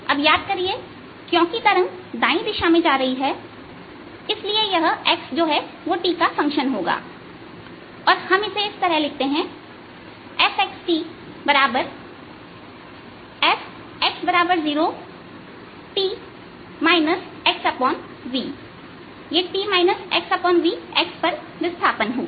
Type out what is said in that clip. अब याद करिए क्योंकि तरंग दाई दिशा में जा रही है इसलिए यह xt का फंक्शन होगा और हम इसे इस तरह लिखते हैं यह fx 0t xvयह x पर विस्थापन होगा